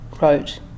wrote